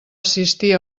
assistir